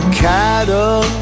cattle